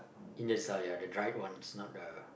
indian style yeah the dried ones not the